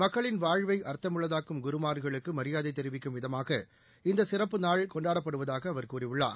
மக்களின் வாழ்வை அர்த்தமுள்ளதாக்கும் குருமார்களுக்கு மரியாதை தெரிவிக்கும் விதமாக இந்த சிறப்பு நாள் கொண்டாடப்படுவதாக அவர் கூறியுள்ளார்